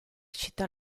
città